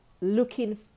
looking